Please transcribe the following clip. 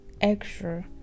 extra